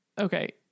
Okay